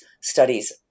studies